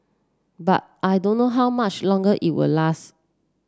but I don't know how much longer it will last